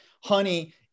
honey